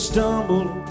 Stumbled